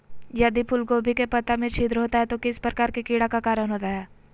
यदि फूलगोभी के पत्ता में छिद्र होता है तो किस प्रकार के कीड़ा के कारण होता है?